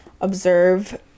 observe